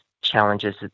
challenges